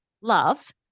love